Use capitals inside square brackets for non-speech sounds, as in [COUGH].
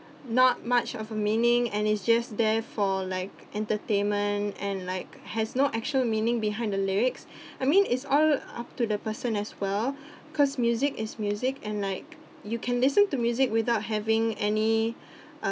not much of a meaning and it's just there for like entertainment and like has no actual meaning behind a lyrics [BREATH] I mean it's all up to the person as well [BREATH] because music is music and like you can listen to music without having any uh